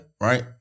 right